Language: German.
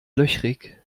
löchrig